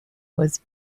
was